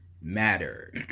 Matter